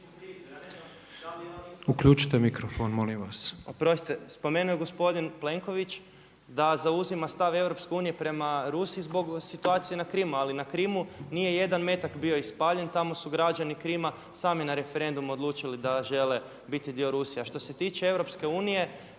uključen./ … spomenuo je gospodin Plenković, da zauzima stav EU prema Rusiji zbog situacije na Krimu. Ali na Krimu nije jedan metak bio ispaljen tamo su građani Krima sami na referendumu odlučili da žele biti dio Rusije. A što se tiče EU